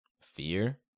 Fear